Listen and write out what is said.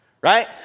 right